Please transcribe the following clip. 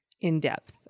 in-depth